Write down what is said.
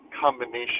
combination